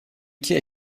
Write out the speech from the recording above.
iki